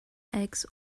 eggs